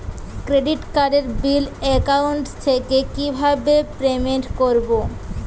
Credit কার্ডের bill account থেকে কিভাবে পেমেন্ট করবো?